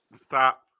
Stop